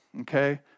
Okay